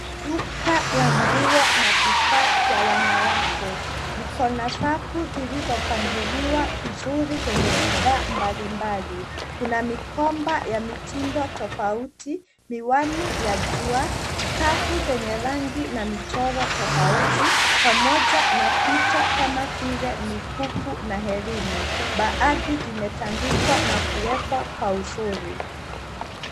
Duka la nguo na vifaa vya wanawake. Liko na safu zilizopangiliwa vizuri zenye bidhaa mbalimbali. Kuna mikoba ya mitindo tofauti, miwani ya jua, skafu zenye rangi na michoro tofauti. Pamoja na vito kama vile mikufu na herini. Baadhi zimetandikwa na kuwekwa kwa uzuri.